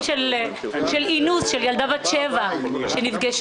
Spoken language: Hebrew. זה שחל גידול של שני מיליארד שקלים בשנת תקציב אחת במשרד שלך זה יפה,